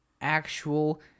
actual